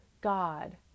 God